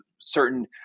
certain